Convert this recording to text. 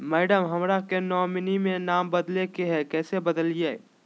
madam, हमरा के nominee में नाम बदले के हैं, कैसे बदलिए